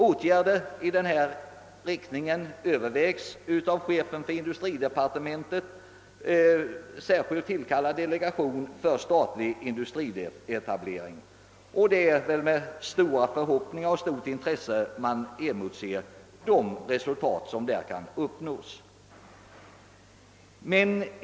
Åtgärder i denna riktning övervägs av en av chefen för industridepartementet särskilt tillkallad delegation för statlig industrietablering. Det är med stora förhoppningar och med stort intresse man emotser de resultat som därvid kan uppnås.